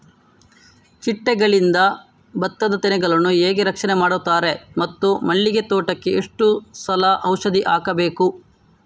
ಚಿಟ್ಟೆಗಳಿಂದ ಭತ್ತದ ತೆನೆಗಳನ್ನು ಹೇಗೆ ರಕ್ಷಣೆ ಮಾಡುತ್ತಾರೆ ಮತ್ತು ಮಲ್ಲಿಗೆ ತೋಟಕ್ಕೆ ಎಷ್ಟು ಸಲ ಔಷಧಿ ಹಾಕಬೇಕು?